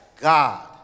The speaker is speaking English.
God